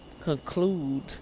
conclude